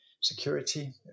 security